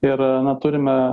ir na turime